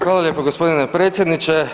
Hvala lijepo g. predsjedniče.